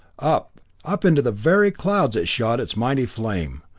up up into the very clouds it shot its mighty flame,